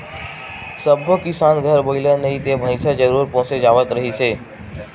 सब्बो किसान घर बइला नइ ते भइसा जरूर पोसे जावत रिहिस हे